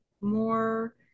more